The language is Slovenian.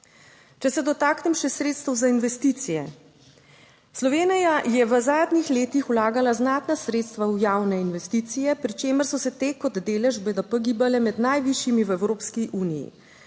Če se dotaknem še sredstev za investicije. Slovenija je v zadnjih letih vlagala znatna sredstva v javne investicije, pri čemer so se te kot delež BDP gibale med najvišjimi v Evropski uniji.